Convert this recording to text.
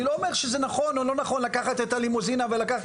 אני לא אומר שזה נכון או לא נכון לקחת את הלימוזינה וכו',